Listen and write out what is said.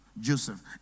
Joseph